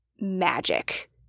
magic